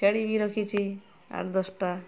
ଛେଳି ବି ରଖିଛି ଆଠ ଦଶଟା